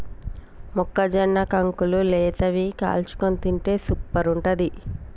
మొక్కజొన్న కంకులు లేతవి కాల్చుకొని తింటే సూపర్ ఉంటది